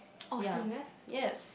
ya yes